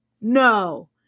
No